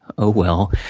oh well,